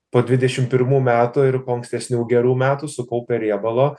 po dvidešimt pirmų metų ir po ankstesnių gerų metų sukaupę riebalo